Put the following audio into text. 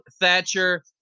Thatcher